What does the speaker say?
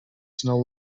snow